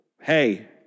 hey